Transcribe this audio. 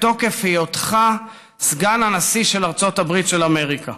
בתוקף היותך סגן הנשיא של ארצות הברית של אמריקה.